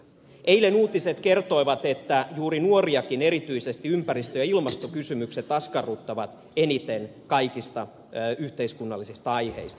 eilen uutiset kertoivat että juuri nuoriakin erityisesti ympäristö ja ilmastokysymykset askarruttavat eniten kaikista yhteiskunnallisista aiheista